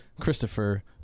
christopher